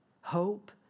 hope